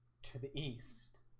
to the east